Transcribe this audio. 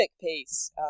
piece